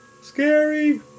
Scary